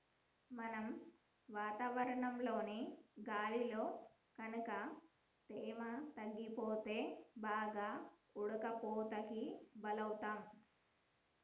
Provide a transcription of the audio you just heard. మనం వాతావరణంలోని గాలిలో గనుక తేమ తగ్గిపోతే బాగా ఉడకపోతకి బలౌతాం